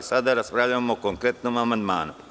Sada raspravljamo o konkretnom amandmanu.